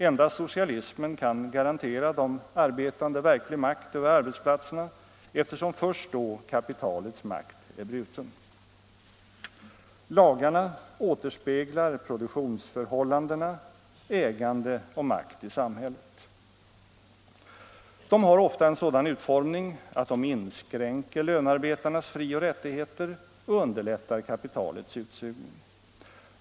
Endast socialismen kan garantera de arbetande verklig makt över arbetsplatserna, eftersom först då kapitalets makt är bruten. Lagarna återspeglar produktionsförhållandena, ägande och makt i samhället. De har ofta en sådan utformning att de inskränker lönarbetarnas frioch rättigheter och underlättar kapitalets utsugning.